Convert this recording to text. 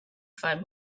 five